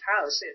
house